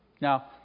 Now